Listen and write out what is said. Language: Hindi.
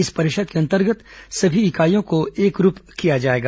इस परिषद के अंतर्गत सभी इकाइयों को एकरूप किया जाएगा